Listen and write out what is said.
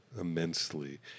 immensely